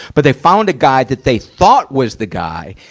but they found a guy that they thought was the guy,